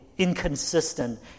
inconsistent